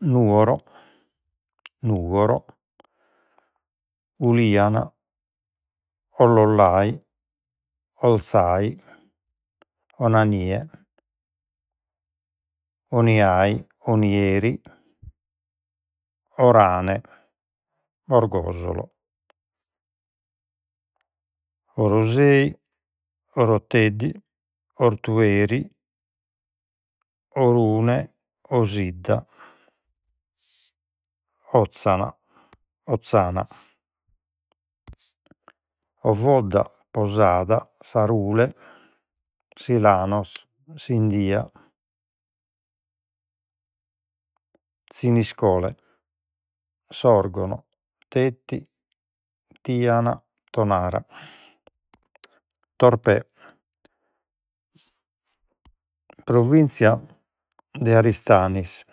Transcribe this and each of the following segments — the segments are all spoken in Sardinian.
Nugoro Nuoro Uliana Ollollai Ortzai Onanie Oniai Onieri Orane Orgosolo Orosei Oroteddi Ortueri Orune Osidda Otzana Ozzana Ovodda Posada Sarule Silanos Sindia Thiniscole Sorgono Teti Tiana Tonara Torpè Provinzia de Aristanis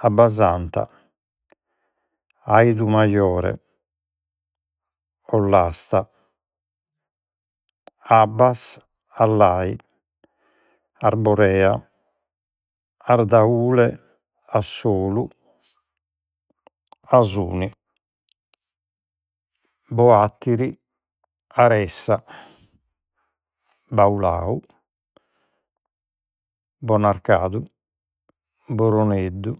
Abbasanta Aidumajore Ollasta Abas Allai Arborea Ardaule Assolu Asuni Boatiri Aressa Baulau Bonarcadu Boroneddu